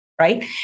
right